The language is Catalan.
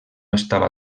estava